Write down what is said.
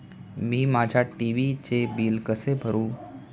मी माझ्या टी.व्ही चे बिल कसे भरू?